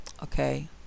Okay